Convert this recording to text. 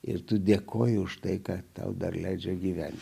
ir tu dėkoji už tai ką tau dar leidžia gyventi